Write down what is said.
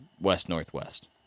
west-northwest